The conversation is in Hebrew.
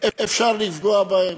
אפשר לפגוע בהם,